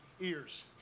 ears